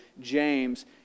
James